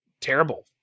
terrible